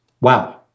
Wow